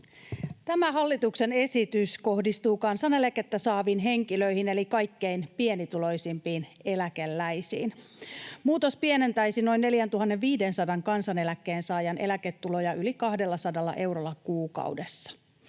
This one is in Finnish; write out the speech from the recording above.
Tämä hallituksen esitys kohdistuu kansaneläkettä saaviin henkilöihin eli kaikkein pienituloisimpiin eläkeläisiin. Muutos pienentäisi noin 4 500:n kansaneläkkeen saajan eläketuloja yli 200 eurolla kuukaudessa.